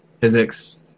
physics